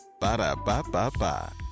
Ba-da-ba-ba-ba